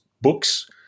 books